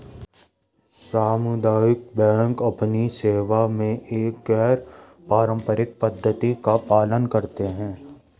सामुदायिक बैंक अपनी सेवा में एक गैर पारंपरिक पद्धति का पालन करते हैं